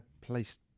place